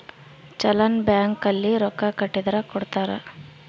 challan bank ಅಲ್ಲಿ ರೊಕ್ಕ ಕಟ್ಟಿದರ ಕೋಡ್ತಾರ